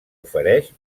ofereix